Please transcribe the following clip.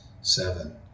seven